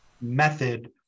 method